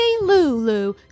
Lulu